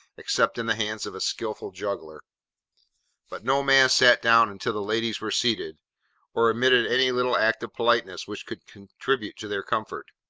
except in the hands of a skilful juggler but no man sat down until the ladies were seated or omitted any little act of politeness which could contribute to their comfort.